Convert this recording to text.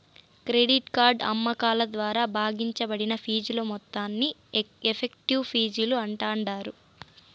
credit card అమ్మకాల ద్వారా భాగించబడిన ఫీజుల మొత్తాన్ని ఎఫెక్టివ్ ఫీజులు అంటాండారు